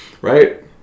right